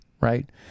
right